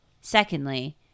secondly